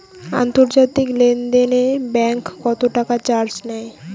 আন্তর্জাতিক লেনদেনে ব্যাংক কত টাকা চার্জ নেয়?